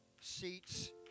seats